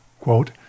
quote